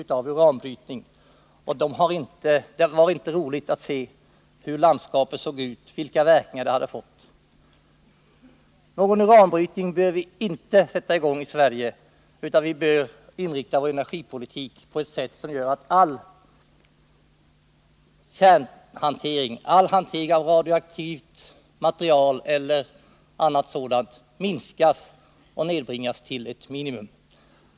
Det var inte roligt att se vilka verkningar det fått, hur landskapet såg ut. Vi bör inte sätta i gång någon uranbrytning i Sverige utan vi bör inrikta vår energipolitik på att nedbringa all hantering av radioaktivt material till ett minimum.